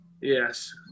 Yes